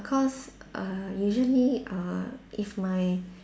because err usually err if my